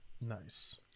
Nice